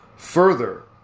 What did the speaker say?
Further